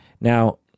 Now